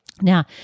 Now